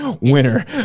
winner